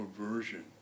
aversion